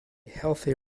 healthy